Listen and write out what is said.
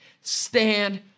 Stand